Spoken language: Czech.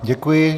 Děkuji.